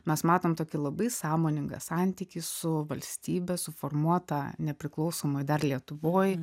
mes matom tokį labai sąmoningą santykį su valstybe suformuotą nepriklausomoj dar lietuvoj